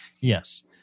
yes